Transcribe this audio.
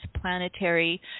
planetary